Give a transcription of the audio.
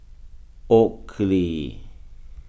Oakley